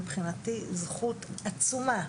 מבחינתי זכות עצומה